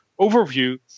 overview